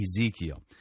Ezekiel